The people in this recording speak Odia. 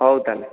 ହେଉ ତା'ହେଲେ